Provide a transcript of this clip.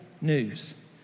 news